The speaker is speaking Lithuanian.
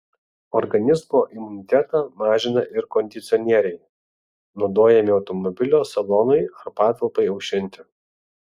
organizmo imunitetą mažina ir kondicionieriai naudojami automobilio salonui ar patalpai aušinti